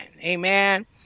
amen